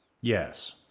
Yes